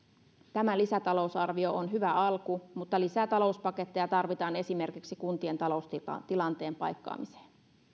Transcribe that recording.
tämä lisätalousarvio on hyvä alku mutta lisää talouspaketteja tarvitaan esimerkiksi kuntien taloustilanteen paikkaamiseen